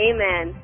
Amen